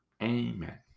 amen